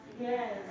yes